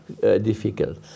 difficult